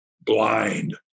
blind